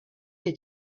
est